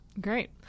Great